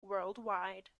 worldwide